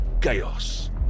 chaos